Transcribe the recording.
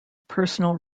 personal